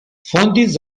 fondis